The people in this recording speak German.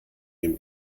dem